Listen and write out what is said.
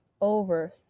over